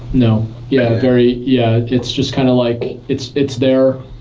no. yeah, very, yeah. it's just kind of like it's it's there.